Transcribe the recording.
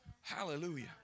Hallelujah